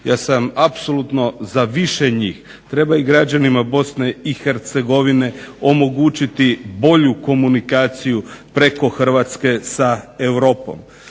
Ja sam apsolutno za više njih. Treba i građanima BiH omogućiti bolju komunikaciju preko Hrvatske sa Europom.